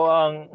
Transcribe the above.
ang